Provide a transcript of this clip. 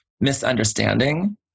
misunderstanding